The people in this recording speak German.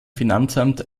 finanzamt